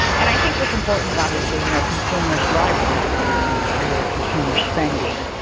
and i think what's important is, obviously, you know, consumers drive the economy via consumer spending.